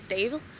David